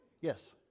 Yes